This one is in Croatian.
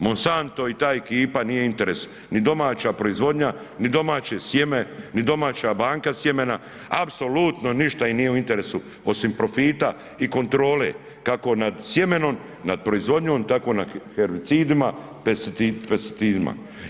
Monsanto i ta ekipa nije interes, ni domaća proizvodnja, ni domaće sjeme, ni domaća banka sjemena, apsolutno ništa im nije u interesu osim profita i kontrole kako nad sjemenom, nad proizvodnjom, tako nad herbicidima, pesticidima.